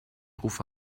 rufe